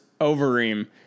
Overeem